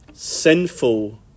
Sinful